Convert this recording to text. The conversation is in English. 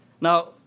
Now